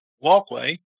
walkway